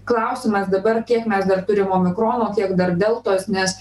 klausimas dabar kiek mes dar turim omikrono kiek dar deltos nes